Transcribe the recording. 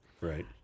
Right